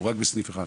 והוא רק בסניף אחד,